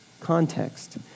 context